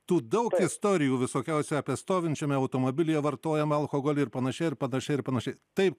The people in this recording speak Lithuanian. tų daug istorijų visokiausių apie stovinčiame automobilyje vartojamą alkoholį ir panašiai ir panašiai ir panašiai tai